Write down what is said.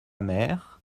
mère